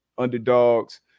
underdogs